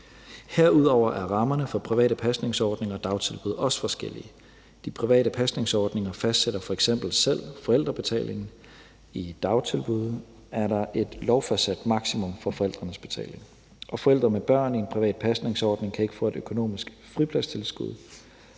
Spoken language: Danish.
Herudover er rammerne for private pasningsordninger og dagtilbud også forskellige. De private pasningsordninger fastsætter f.eks. selv forældrebetalingen. I dagtilbud er der et lovfastsat maksimum for forældrenes betaling, og forældre med børn i en privat pasningsordning kan ikke få et økonomisk fripladstilskud.